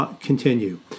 continue